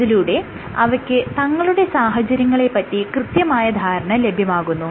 അതിലൂടെ അവയ്ക്ക് തങ്ങളുടെ സാഹചര്യങ്ങളെ പറ്റി കൃത്യമായ ധാരണ ലഭ്യമാകുന്നു